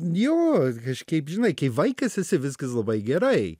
jo kažkaip žinai kai vaikas esi viskas labai gerai